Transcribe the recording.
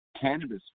Cannabis